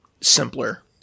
simpler